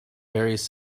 various